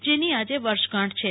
જેની આજે વર્ષગાંઠ છે